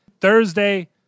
Thursday